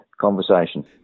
conversation